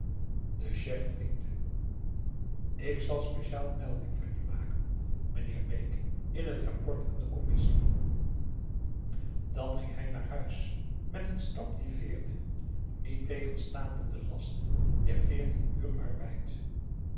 de dessa ik zal speciaal melding van je maken meneer bake in het rapport aan de commissie dan ging hij naar huis met een stap die veerde niettegenstaande den last der veertien uur arbeid